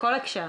בכל הקשר,